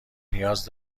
نیاز